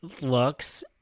looks